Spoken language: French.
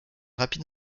rapide